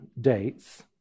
dates